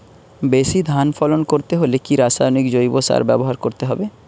বেশি ধান ফলন করতে হলে কি রাসায়নিক জৈব সার ব্যবহার করতে হবে?